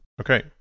Okay